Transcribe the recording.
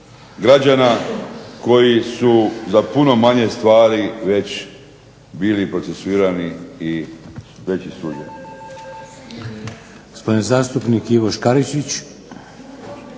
građana, koji su za puno manje stvari već bili procesuirani i već osuđeni.